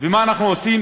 ומה אנחנו עושים?